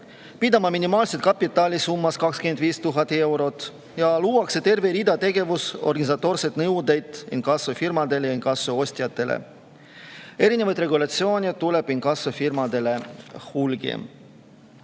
pidada minimaalset kapitali summas 25 000 eurot. Luuakse terve rida tegevus- ja organisatoorseid nõudeid inkassofirmadele ja inkassoostjatele. Erinevaid regulatsioone tuleb inkassofirmadele